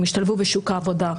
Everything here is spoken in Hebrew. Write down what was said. הם ישתלבו בשוק העבודה.